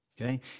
Okay